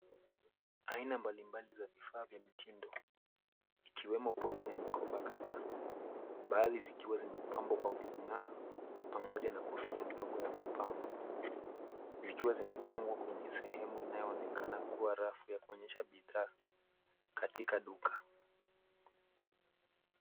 Aina mbalimbali za vifaa vya mitindo ikiwemo pochi na mikoba kadha, baadhi zikiwa zimepambwa kwa kung'aa pamoja na kofia ndogo ya mapambo zikiwa zimepangwa kwenye sehemu inayoonekana kuwa rafu ya kuonyesha bidhaa katika duka.